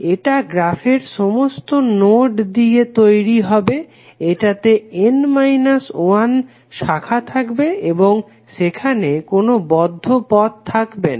এটা গ্রাফের সমস্ত নোড নিয়ে তৈরি হবে এটাতে n 1 শাখা থাকবে এবং সেখানে কোনো বদ্ধ পথ থাকবে না